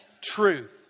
truth